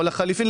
או לחלופין,